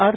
R